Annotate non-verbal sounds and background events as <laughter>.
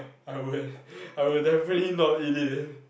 I would <breath> I would definitely not eat it